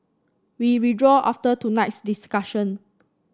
we withdrew after tonight's discussion